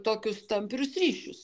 tokius tamprius ryšius